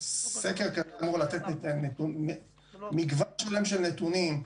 סקר אמור לתת מגוון שלם של נתונים,